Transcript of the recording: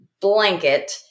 blanket